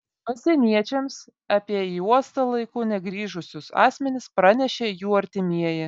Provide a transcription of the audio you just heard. pasieniečiams apie į uostą laiku negrįžusius asmenis pranešė jų artimieji